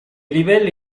livelli